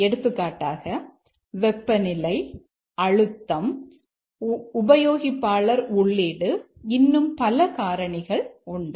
எடுத்துக்காட்டாக வெப்பநிலை அழுத்தம் உபயோகிப்பாளர் உள்ளீடு இன்னும் பல காரணிகள் உண்டு